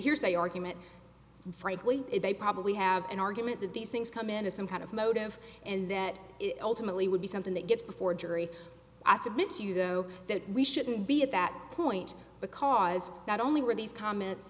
hearsay argument frankly they probably have an argument that these things come into some kind of motive and that ultimately would be something that gets before a jury i submit to you though that we shouldn't be at that point because not only were these comments